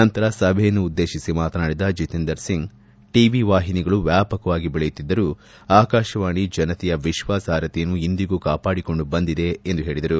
ನಂತರ ಸಭೆಯನ್ನುದ್ದೇಶಿಸಿ ಮಾತನಾಡಿದ ಜಿತೇಂದರ್ ಸಿಂಗ್ ಟಿವಿ ವಾಹಿನಿಗಳು ವ್ಯಾಪಕವಾಗಿ ಬೆಳೆಯುತ್ತಿದ್ದರು ಸಹ ಆಕಾಶವಾಣಿ ಜನತೆಯ ವಿಶ್ವಾಸಾರ್ಹತೆಯನ್ನು ಇಂದಿಗೂ ಕಾಪಾಡಿಕೊಂಡು ಬಂದಿದೆ ಎಂದು ಅವರು ಹೇಳದರು